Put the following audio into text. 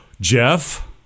Jeff